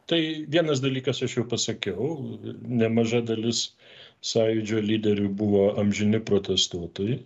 tai vienas dalykas aš jau pasakiau nemaža dalis sąjūdžio lyderių buvo amžini protestuotojai